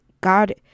God